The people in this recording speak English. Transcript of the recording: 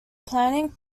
planning